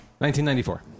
1994